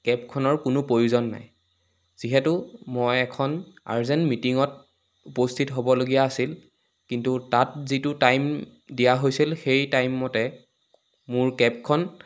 কেবখনৰ কোনো প্ৰয়োজন নাই যিহেতু মই এখন আৰ্জেণ্ট মিটিঙত উপস্থিত হ'বলগীয়া আছিল কিন্তু তাত যিটো টাইম দিয়া হৈছিল সেই টাইমমতে মোৰ কেবখন